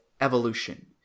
evolution